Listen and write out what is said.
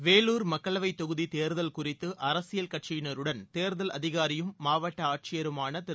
வேலூர் மக்களவைத் தொகுதி தேர்தல் குறித்து அரசியல் கட்சியினருடன் தேர்தல் அதிகாரியும் மாவட்ட ஆட்சியருமான திரு